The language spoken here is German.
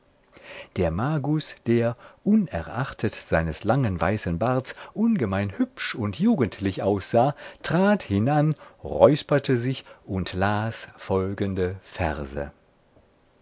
der magus der unerachtet seines langen weißen barts ungemein hübsch und jugendlich aussah trat hinan räusperte sich und las folgende verse